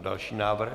Další návrh.